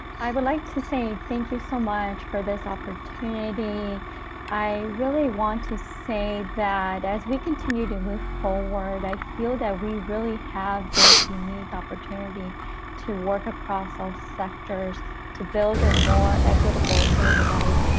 i would like to say thank you so much for this opportunity i really want to say that as we continue to move forward. i feel that we really have this unique opportunity to work across all sectors to build a more equitable silicon valley